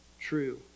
true